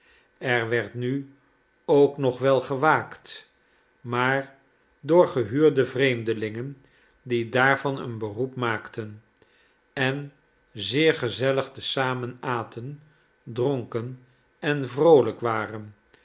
er werd nu ook nog wel gewaakt maar door gehuurde vreemdelingen die daarvan een beroep maakten en zeer gezellig te zamen aten dronken en vroolijk waren